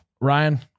Ryan